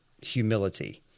humility